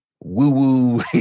woo-woo